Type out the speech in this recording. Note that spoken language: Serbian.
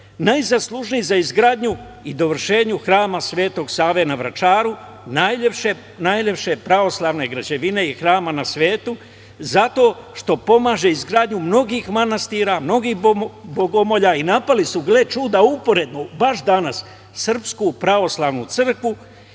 najzaslužniji za izgradnju i dovršenju Hrama Svetog Save na Vračaru, najlepše pravoslavne građevine i hrama na svetu, zato što pomaže izgradnju mnogih manastira i mnogih bogomolja i napali su, gle čuda uporedno, baš danas SPC, i blaženo